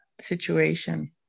situation